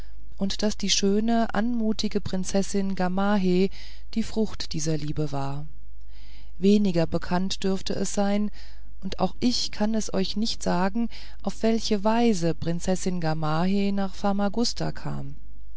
und daß die schöne anmutige prinzessin gamaheh die frucht dieser liebe war weniger bekannt dürft es sein und auch ich kann es euch nicht sagen auf welche weise prinzessin gamaheh nach famagusta kam